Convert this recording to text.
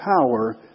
power